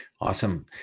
awesome